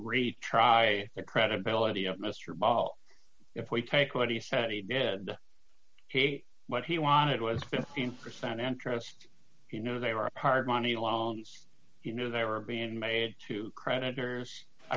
retry the credibility of mr ball if we take what he said he did what he wanted was fifteen percent interest you know they were part money long you know they were being made to creditors i